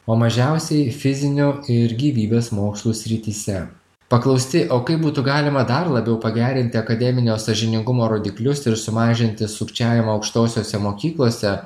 o mažiausiai fizinio ir gyvybės mokslų srityse paklausti o kaip būtų galima dar labiau pagerinti akademinio sąžiningumo rodiklius ir sumažinti sukčiavimo aukštosiose mokyklose